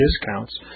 discounts